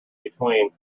between